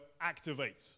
activate